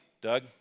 Doug